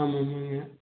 ஆமாம் ஆமாங்க